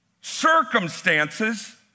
circumstances